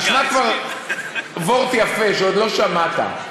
תשמע כבר וורט יפה שעוד לא שמעת,